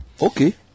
Okay